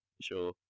sure